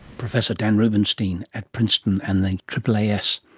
professor dan rubenstein at princeton and the aaas.